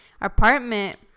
apartment